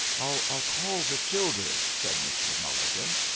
i'll call the childer, said mrs. mulligan.